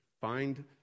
Find